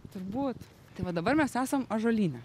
turbūt tai va dabar mes esam ąžuolyne